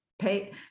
pay